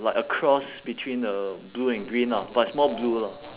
like a cross between the blue and green lah but it's more blue lah